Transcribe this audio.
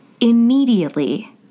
immediately